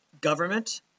government